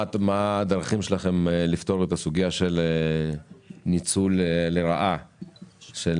מה הדרכים לפתור את הסוגיה של ניצול לרעה של